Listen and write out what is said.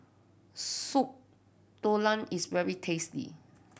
Soup Tulang is very tasty